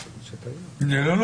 לא,